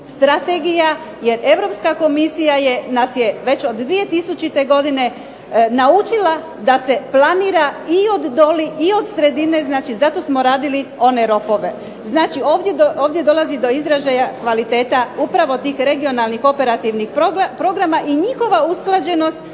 strategija jer Europska komisija nas je već od 2000. godine naučila da se planira i od doli i od sredine, znači zato smo radili one rokove. Znači, ovdje dolazi do izražaja kvaliteta upravo tih regionalnih operativnih programa i njihova usklađenost